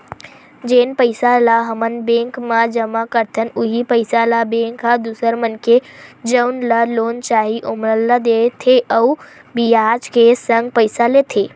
जेन पइसा ल हमन बेंक म जमा करथन उहीं पइसा ल बेंक ह दूसर मनखे जउन ल लोन चाही ओमन ला देथे अउ बियाज के संग पइसा लेथे